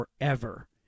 forever